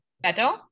better